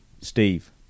steve